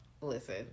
listen